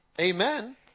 Amen